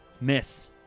Miss